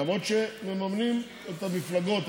למרות שמממנים את המפלגות,